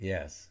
Yes